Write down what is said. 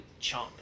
Chomp